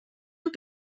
und